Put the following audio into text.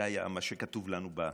זה מה שהיה כתוב לנו בכיתות.